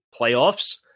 playoffs